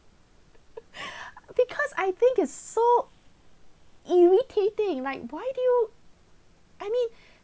because I think it's so irritating like why do you I mean